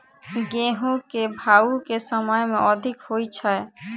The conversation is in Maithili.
गेंहूँ केँ भाउ केँ समय मे अधिक होइ छै?